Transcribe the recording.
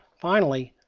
finally,